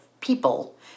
people